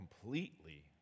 completely